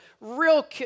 real